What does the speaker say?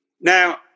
now